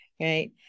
right